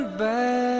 back